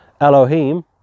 elohim